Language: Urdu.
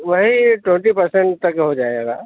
وہی ٹوینٹی پرسینٹ تک ہو جائے گا